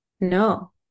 No